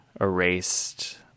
erased